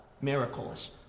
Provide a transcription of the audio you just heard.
miracles